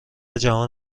جهان